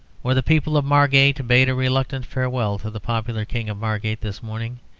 or, the people of margate bade a reluctant farewell to the popular king of margate this morning,